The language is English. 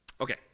Okay